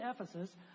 Ephesus